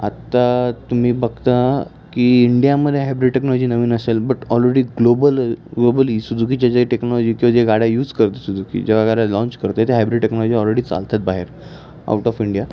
आत्ता तुम्ही बघता की इंडियामध्ये हायब्रिड टेक्नॉजी नवीन असेल बट ऑलरेडी ग्लोबल ग्लोबली सुजुकीच्या जे टेक्नॉजी किंवा जे गाड्या यूज करते सुजुकी जेव्हा गाड्या लॉन्च करते ते हायब्रिड टेक्नॉजी ऑलरेडी चालतात बाहेर आऊट ऑफ इंडिया